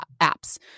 apps